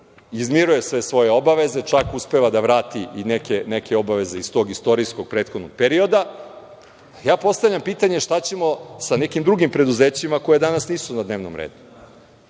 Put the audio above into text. Izmiruje sve svoje obaveze, čak uspeva da vrati i neke obaveze iz tog istorijskog prethodnog perioda. Postavljam pitanje šta ćemo sa nekim drugim preduzećima koja danas nisu na dnevnom redu?